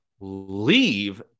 leave